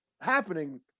happening